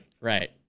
right